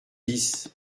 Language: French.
bis